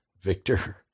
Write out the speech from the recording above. Victor